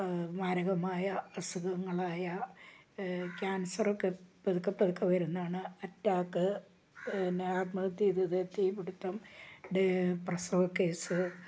മാരകമായ അസുഖങ്ങളായ ക്യാൻസർ ഒക്കെ പതുക്കെ പതുക്കെ വരുന്നതാണ് അറ്റാക്ക് പിന്നെ ആത്മഹത്യ ചെയ്തത് തീപിടുത്തം പ്രസവ കേസ്